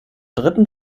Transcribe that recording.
dritten